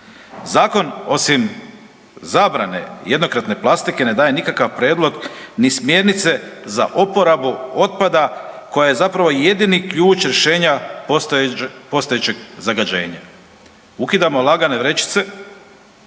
Zakon osim zabrane jednokratne plastike ne daje nikakav prijedlog ni smjernice za oporabu otpada koja je zapravo jedini ključ rješenja postojećeg zagađenja. Ukidamo lagane vrećice,